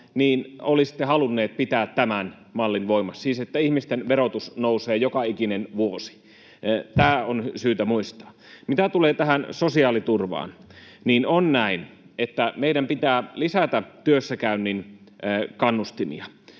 olisitte halunneet pitää tämän mallin voimassa — siis että ihmisten verotus nousee joka ikinen vuosi — tämä on syytä muistaa. Mitä tulee tähän sosiaaliturvaan, niin on näin, että meidän pitää lisätä työssäkäynnin kannustimia.